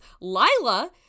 Lila